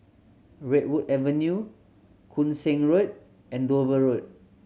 Redwood Avenue Koon Seng Road and Dover Road